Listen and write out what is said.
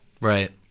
Right